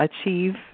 achieve